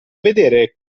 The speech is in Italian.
vedere